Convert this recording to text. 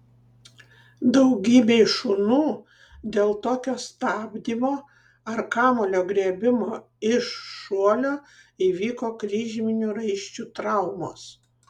daugybei šunų dėl tokio stabdymo ar kamuolio griebimo iš šuolio įvyko kryžminių raiščių traumos